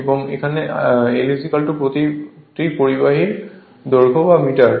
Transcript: এবং এখানে l প্রতিটি পরিবাহীর দৈর্ঘ্য যা মিটার